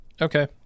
Okay